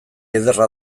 ederra